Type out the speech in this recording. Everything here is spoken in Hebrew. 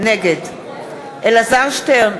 נגד אלעזר שטרן,